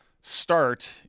start